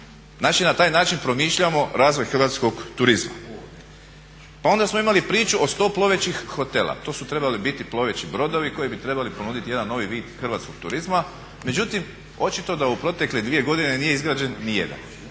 na taj način promišljamo razvoj hrvatskog turizma. Pa onda smo imali priču o 100 plovećih hotela, to su trebali biti ploveći brodovi koji bi trebali ponuditi jedan novi vid hrvatskog turizma, međutim očito da u protekle dvije godine nije izgrađen nijedan.